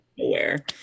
aware